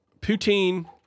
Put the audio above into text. poutine